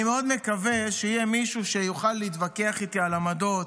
אני מקווה מאוד שיהיה מישהו שיוכל להתווכח איתי על עמדות,